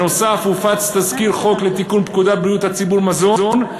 נוסף על כך הופץ תזכיר חוק לתיקון פקודת בריאות הציבור (מזון),